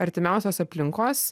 artimiausios aplinkos